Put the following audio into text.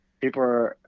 People